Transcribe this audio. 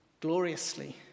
gloriously